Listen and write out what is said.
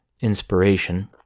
inspiration